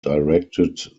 directed